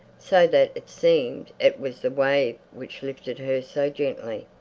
so that it seemed it was the wave which lifted her so gently.